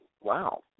Wow